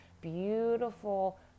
beautiful